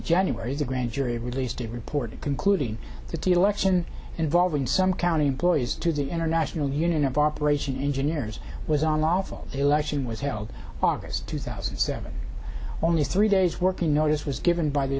january the grand jury released a report concluding that the election involving some county employees to the international union of operation engineers was on lawful election was held august two thousand and seven only three days working notice was given by the